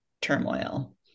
turmoil